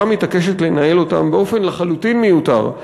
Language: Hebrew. מתעקשת לנהל אותם באופן לחלוטין מיותר,